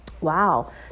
wow